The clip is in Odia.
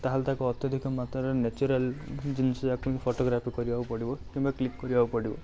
ତାହେଲେ ତାକୁ ଅତ୍ୟଧିକ ମାତ୍ରାରେ ନ୍ୟାଚୁରାଲ ଜିନିଷ ଯାକୁ ହିଁ ଫଟୋଗ୍ରାଫି କରିବାକୁ ପଡ଼ିବ କିମ୍ବା କ୍ଲିକ୍ କରିବାକୁ ପଡ଼ିବ